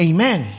Amen